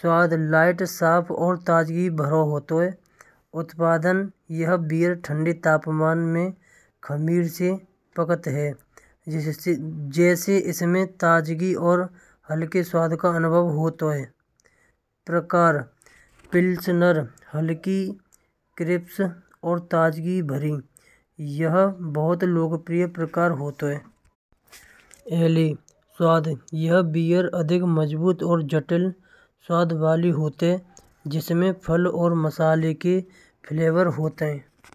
स्वाद लाइट साफ और ताजगी भरा होतौ हैं। उत्पादन यह बीयर ठंडे तापमान में खमीर से पकत है। जैसे इसमें ताजगी और हल्के स्वाद का अनुभव होतौ है। प्रकार व्हिलस्नर हल्की क्लिप्स और ताजगी भरी। यह बहुत लोकप्रिय प्रकार होतौ हैं। हेली स्वाद: यह बीयर मजबूत और जटिल वाली होत हैं। जिसमें फल और मसाले की फ्लेवर होती हैं।